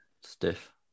Stiff